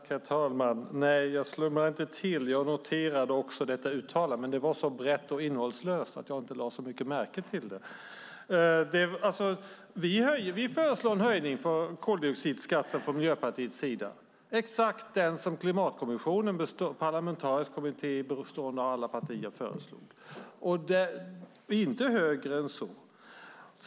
Herr talman! Nej, jag slumrade inte till. Jag noterade detta uttalande. Men det var så brett och innehållslöst att jag inte lade märke till det så mycket. Vi föreslår från Miljöpartiets sida en höjning av koldioxidskatten exakt lika stor som den som föreslogs av Klimatkommissionen, en parlamentarisk kommitté bestående av företrädare för alla partier, inte högre än så.